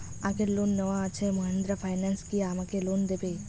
আগের লোন নেওয়া আছে মাহিন্দ্রা ফাইন্যান্স কি আমাকে লোন দেবে?